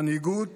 מנהיגות